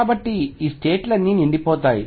కాబట్టి ఈ స్టేట్ లన్నీ నిండిపోతాయి